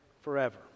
forever